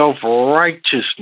Self-righteousness